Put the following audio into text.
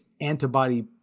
antibody